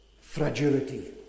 fragility